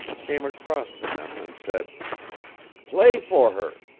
came across to them and said play for her.